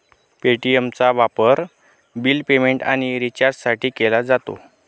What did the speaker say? पे.टी.एमचा वापर bill payment आणि रिचार्जसाठी केला जातो